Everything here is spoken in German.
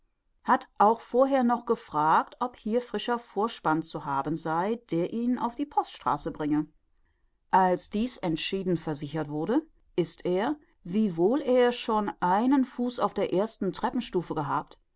hat auch vorher noch gefragt ob hier frischer vorspann zu haben sei der ihn bis auf die poststraße bringe als dieß entschieden versichert wurde ist er wie wohl er schon einen fuß auf der ersten treppenstufe gehabt